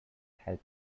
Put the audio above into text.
help